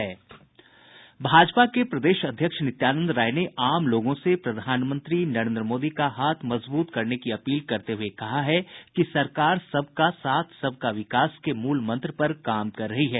भाजपा के प्रदेश अध्यक्ष नित्यानंद राय ने आम लोगों से प्रधानमंत्री नरेन्द्र मोदी का हाथ मजबूत करने की अपील करते हये कहा है कि सरकार सबका साथ सबका विकास के मूल मंत्र पर काम कर रही है